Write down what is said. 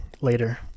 later